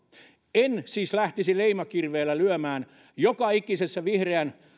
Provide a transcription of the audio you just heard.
en siis lähtisi leimakirveellä lyömään joka ikisessä vihreän